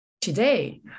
Today